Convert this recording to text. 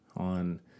on